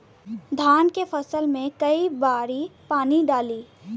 धान के फसल मे कई बारी पानी डाली?